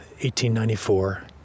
1894